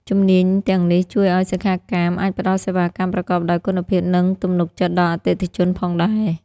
ជំនាញទាំងនេះជួយឱ្យសិក្ខាកាមអាចផ្តល់សេវាកម្មប្រកបដោយគុណភាព និងទំនុកចិត្តដល់អតិថិជនផងដែរ។